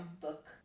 book